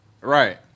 Right